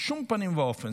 בשום פנים ואופן.